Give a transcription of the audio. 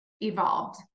evolved